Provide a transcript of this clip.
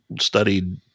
studied